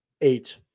Eight